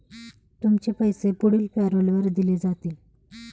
तुमचे पैसे पुढील पॅरोलवर दिले जातील